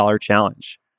Challenge